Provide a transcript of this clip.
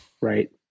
right